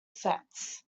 sets